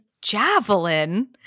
Javelin